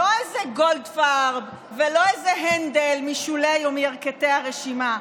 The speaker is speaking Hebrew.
לא איזה גולדפרב ולא איזה הנדל משולי ומירכתי הרשימה,